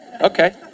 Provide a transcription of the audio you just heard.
Okay